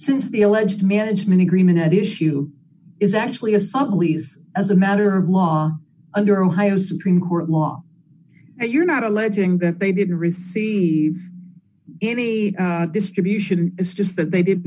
since the alleged management agreement at issue is actually a sully's as a matter of law under ohio supreme court law you're not alleging that they didn't receive any distribution it's just that they did